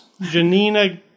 Janina